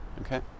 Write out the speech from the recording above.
Okay